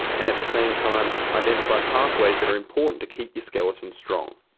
and at the same time identify pathways that are important to keep your skeleton strong.